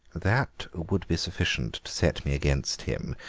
that would be sufficient to set me against him,